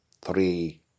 three